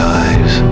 eyes